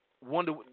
Wonder